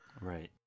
Right